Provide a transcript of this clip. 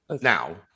Now